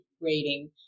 rating